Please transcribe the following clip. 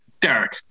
Derek